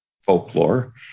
folklore